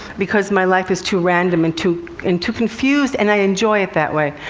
because my life is too random and too and too confused, and i enjoy it that way.